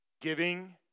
Giving